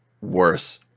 Worse